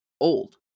old